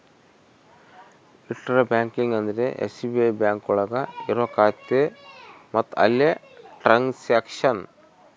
intra banking ಅಂದ್ರೆ SBI bank ಒಳಗ ಇರೋ ಖಾತೆ ಮತ್ತು ಅಲ್ಲೇ ಟ್ರನ್ಸ್ಯಾಕ್ಷನ್